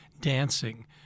dancing